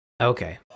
Okay